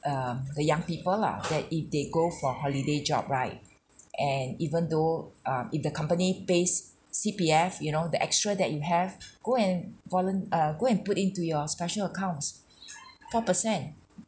um the young people lah that if they go for holiday job right and even though um if the company pays C_P_F you know the extra that you have go and volun~ err go and put into your special accounts four per cent